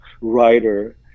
writer